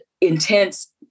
intense